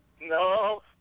No